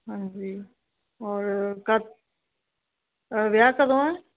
ਹਾਂਜੀ ਔਰ ਕਦ ਵਿਆਹ ਕਦੋਂ ਹੈ